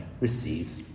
receives